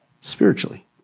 spiritually